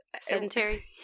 sedentary